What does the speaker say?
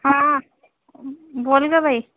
हा बोल गं बाई